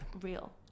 real